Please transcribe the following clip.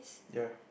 ya